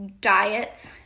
diets